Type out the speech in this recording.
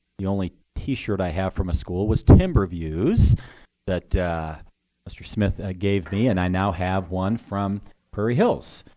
the only t-shirt i have from a school was timberview's that mr. smith ah gave me, and i now have one from prairie hills.